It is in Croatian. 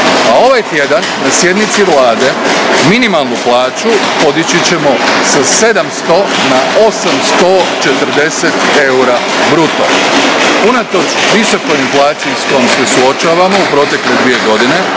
ovaj tjedan na sjednici Vlade minimalnu plaću podići ćemo sa 700 na 840 eura bruto. Unatoč visokoj inflaciji s kojom se suočavamo u protekle dvije godine,